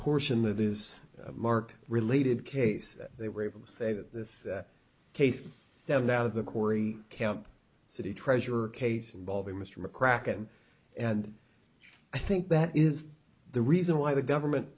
portion that is marked related case they were able to say that this case stemmed out of the cory kemp city treasurer case involving mr mccracken and i think that is the reason why the government